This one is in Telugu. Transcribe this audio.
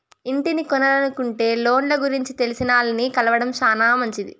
ఇంటిని కొనలనుకుంటే లోన్ల గురించి తెలిసినాల్ని కలవడం శానా మంచిది